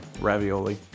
ravioli